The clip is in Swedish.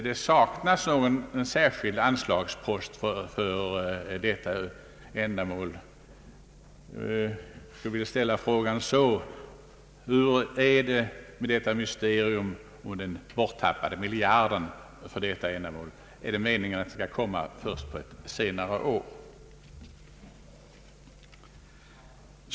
Det saknas en särskild anslagspost för detta ändamål, och jag vill därför ställa frågan: Hur är det med mysteriet med den borttappade miljarden för detta ändamål? är det meningen att den skall komma först på ett senare år?